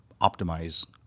optimize